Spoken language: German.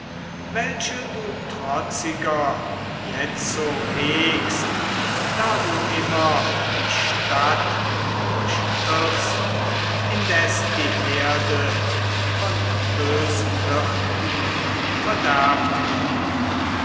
welche du trotziger jetzo hegst da du immer die stadt durch irrst indes die herde von bösen hirten verderbt wird